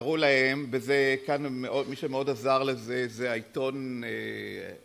הראו להם, וזה כאן מי שמאוד עזר לזה זה העיתון